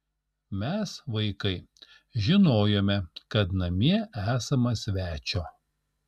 mes vaikai žinojome kad namie esama svečio